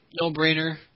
no-brainer